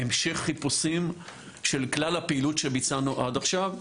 המשך חיפושים של כלל הפעילות שביצענו עד עכשיו.